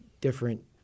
different –